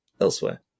elsewhere